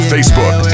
Facebook